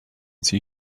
see